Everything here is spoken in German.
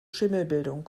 schimmelbildung